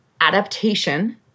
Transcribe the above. adaptation